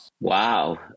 Wow